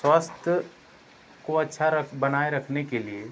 स्वास्थ्य को अच्छा रख बनाए रखने के लिए